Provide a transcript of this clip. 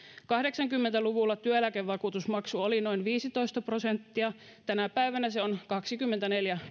kahdeksankymmentä luvulla työeläkevakuutusmaksu oli noin viisitoista prosenttia tänä päivänä se on kaksikymmentäneljä